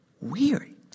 weary